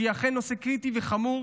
שהיא אכן נושא קריטי וחמור